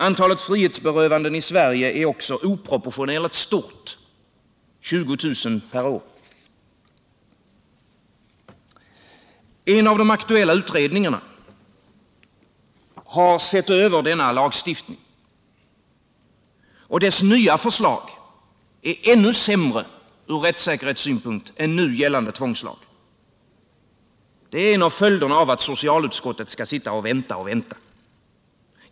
Antalet frihetsberövanden i Sverige är också oproportionerligt stort — 200 000 per år. En av de aktuella utredningarna har sett över denna lagstiftning, och dess nya förslag är ännu sämre från rättssäkerhetssynpunkt än nu gällande tvångslag. Detta är en av följderna av att socialutskottet skall sitta och vänta och vänta!